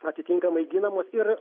atitinkamai ginamos ir